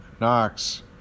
Knox